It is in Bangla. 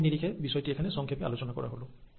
সময়ের নিরিখে বিষয়টি এখানে সংক্ষেপে আলোচনা করা হলো